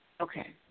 Okay